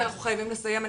תודה.